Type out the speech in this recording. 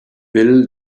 bill